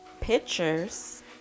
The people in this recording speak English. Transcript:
pictures